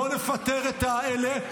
בוא נפטר את אלה,